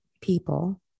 people